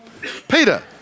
Peter